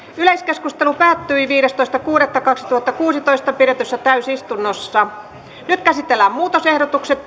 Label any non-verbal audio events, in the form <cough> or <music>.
yleiskeskustelu asiasta päättyi viidestoista kuudetta kaksituhattakuusitoista pidetyssä täysistunnossa nyt käsitellään muutosehdotukset <unintelligible>